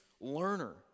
learner